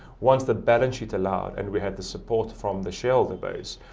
once the balance sheet allowed and we had the support from the shareholder base,